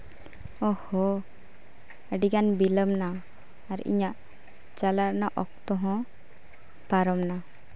ᱚᱸᱻ ᱦᱳᱸᱻ ᱟᱹᱰᱤᱜᱟᱱ ᱵᱤᱞᱚᱢᱱᱟ ᱟᱨ ᱤᱧᱟᱹᱜ ᱪᱟᱞᱟᱣ ᱨᱮᱱᱟᱜ ᱚᱠᱛᱚ ᱦᱚᱸ ᱯᱟᱨᱚᱢᱱᱟ